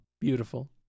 Beautiful